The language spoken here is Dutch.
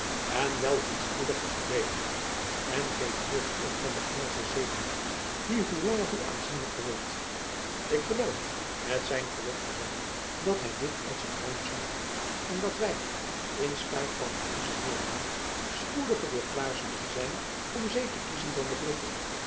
en wel hoe spoediger hoe beter en geeft hoog op van de engelsche scheepsmacht die hoe langer hoe aanzienlijker wordt ik geloof met zijn verlof gezegd dat hy dit uit zijn duim zuigt en dat wy in spijt van onze neêrlaag spoediger weêr klaar zullen zijn om zee te kiezen dan de britten